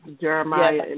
Jeremiah